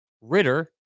Ritter